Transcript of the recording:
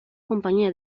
compañía